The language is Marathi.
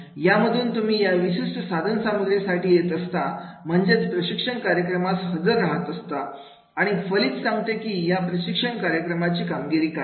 यामधून तुम्ही या विशिष्ट साधन सामग्री साठी येत असता म्हणजेच प्रशिक्षण कार्यक्रमास हजर राहात असत आणि आणि फलित सांगते की या प्रशिक्षण कार्यक्रमाची कामगिरी काय आहे